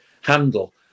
handle